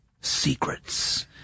secrets